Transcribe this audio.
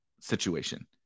situation